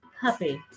puppy